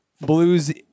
blues